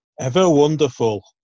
Ever-wonderful